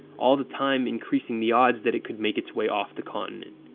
all the time increasing the odds that it could make its way off the continent.